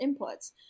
inputs